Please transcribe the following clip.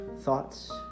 thoughts